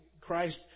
Christ